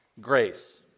grace